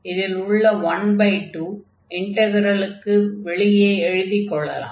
இதில் உள்ள 12 இன்டக்ரலுக்கு வெளியே எழுதிக் கொள்ளலாம்